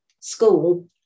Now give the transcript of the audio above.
school